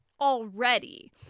already